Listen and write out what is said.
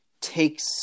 takes